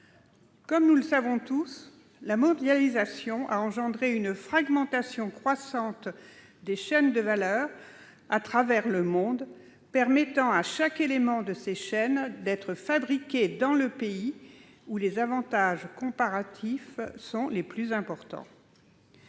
Comme nous le savons tous, la mondialisation a engendré une fragmentation croissante des chaînes de valeur à travers le monde, en permettant que chaque élément de ces chaînes soit fabriqué dans le pays où les avantages comparatifs sont les plus importants.